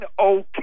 okay